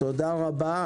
תודה רבה.